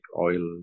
oil